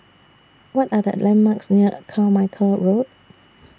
What Are The landmarks near Carmichael Road